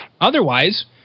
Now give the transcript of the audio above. Otherwise